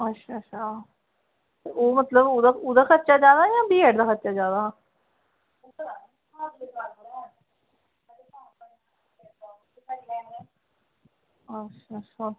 अच्छा अच्छा ओह्दा खर्चा जादै जां बीएड दा खर्चा जादै